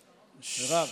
מרב,